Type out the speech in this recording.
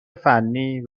فنی